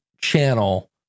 channel